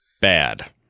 bad